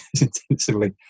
intensively